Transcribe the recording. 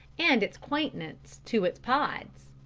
and its quaintness to its pods.